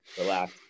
relax